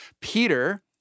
Peter